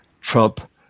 Trump